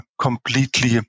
completely